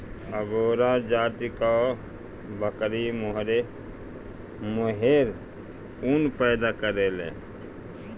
angora जाति कअ बकरी मोहेर ऊन पैदा करेले